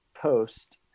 Post